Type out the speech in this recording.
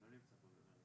למה לא לקרוא לזה רק